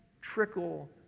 trickle